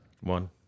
one